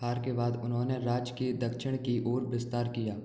हार के बाद उन्होंने राज्य के दक्षिण की ओर विस्तार किया